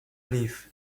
leave